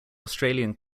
australian